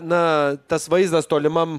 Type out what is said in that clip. na tas vaizdas tolimam